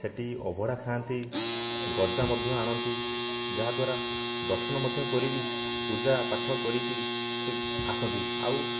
ସେଠି ଅଭଡ଼ା ଖାଆନ୍ତି ଗଜା ମଧ୍ୟ ଆଣନ୍ତି ଯାହାଦ୍ୱାରା ଦର୍ଶନ ମଧ୍ୟ କରିକି ପୂଜା ପାଠ କରିକି ସେ ଆସନ୍ତି ଆଉ